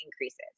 increases